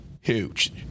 Huge